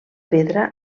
pedra